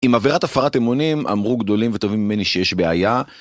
עם עבירת הפרת אמונים, אמרו גדולים וטובים ממני שיש בעיה.